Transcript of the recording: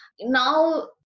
now